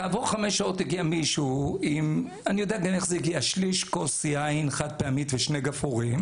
כעבור חמש שעות הגיע מישהו עם שליש כוס יין חד-פעמית ושני גפרורים.